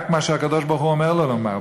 רק מה שהקדוש-ברוך-הוא אומר לו לומר,